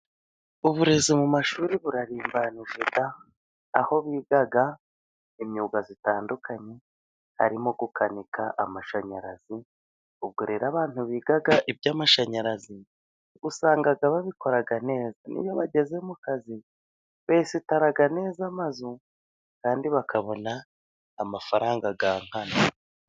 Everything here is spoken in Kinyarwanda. Uburezi mu mashuri burarimbanije da! Aho biga imyuga itandukanye harimo gukanika amashanyarazi. Ubwo rero abantu biga iby'amashanyarazi, usanga babikora neza. N'iyo bageze mu kazi, besitara neza amazu, kandi bakabona amafaranga yankana.